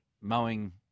mowing